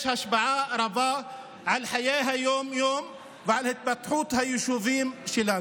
השפעה רבה על חיי היום-יום ועל התפתחות היישובים שלנו,